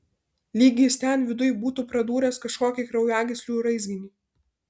lyg jis ten viduj būtų pradūręs kažkokį kraujagyslių raizginį